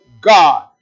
God